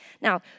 Now